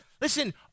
Listen